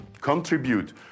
contribute